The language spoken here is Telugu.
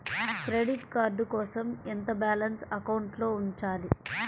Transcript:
క్రెడిట్ కార్డ్ కోసం ఎంత బాలన్స్ అకౌంట్లో ఉంచాలి?